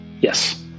Yes